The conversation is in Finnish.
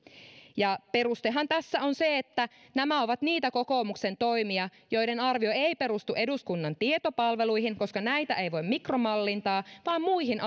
ja perustehan tässä on se että nämä ovat niitä kokoomuksen toimia joiden arvio ei ei perustu eduskunnan tietopalveluihin koska näitä ei voi mikromallintaa vaan muihin